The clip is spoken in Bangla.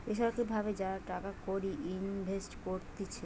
বেসরকারি ভাবে যারা টাকা কড়ি ইনভেস্ট করতিছে